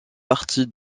partie